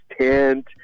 tent